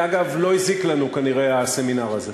ואגב, לא הזיק לנו כנראה הסמינר הזה.